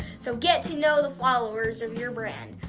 so get to know the followers of your brand,